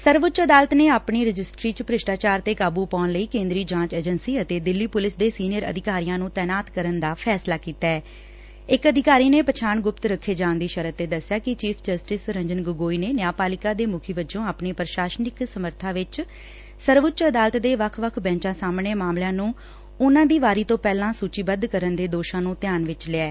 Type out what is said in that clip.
ਸਰਵਉੱਚ ਅਦਾਲਤ ਨੇ ਆਪਣੀ ਰਜਿਸਟਰੀ ਚ ਭ੍ਰਿਸ਼ਟਾਚਾਰ ਤੇ ਕਾਬੁ ਪਾਉਣ ਲਈ ਕੇਦਰੀ ਜਾਂਚ ਏਜੰਸੀ ਅਤੇ ਦਿੱਲੀ ਪੁਲਿਸ ਦੇ ਸੀਨੀਅਰ ਅਧਿਕਾਰੀਆਂ ਨੂੰ ਤੈਨਾਤ ਕਰਨ ਦਾ ਫੈਸਲਾ ਕੀਤੈ ਇਕ ਅਧਿਕਾਰੀ ਨੇ ਪਛਾਣ ਗੂਪਤ ਰੱਖੇ ਜਾਣ ਦੀ ਸ਼ਰਤ ਤੇ ਦਸਿਆ ਕਿ ਚੀਫ਼ ਜਸਟਿਸ ਰੰਜਨ ਗੋਗੋਈ ਨੇ ਨਿਆਪਾਲਿਕਾ ਨੇ ਮੁੱਖੀ ਵਜੋਂ ਆਪਣੀ ਪ੍ਰਸਾਸ਼ਨਿਕ ਸਮੱਰਬਾ ਵਿਚ ਸਰਵਉੱਚ ਅਦਾਲਤ ਦੇ ਵੱਖ ਵੱਖ ਬੈਚਾਂ ਸਾਹਮਣੇ ਮਾਮਲਿਆਂ ਨੂੰ ਉਨੂਾਂ ਦੀ ਵਾਰੀ ਤੋਂ ਪਹਿਲਾਂ ਸੂਚੀਬੱਧ ਕਰਨ ਦੇ ਦੋਸ਼ਾ ਨੂੰ ਧਿਆਨ ਵਿਚ ਲਿਐ